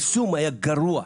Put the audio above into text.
היישום היה גרוע.